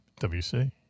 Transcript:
WC